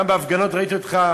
גם בהפגנות ראיתי אותך,